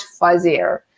fuzzier